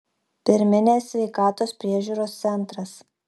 pirminės sveikatos priežiūros centras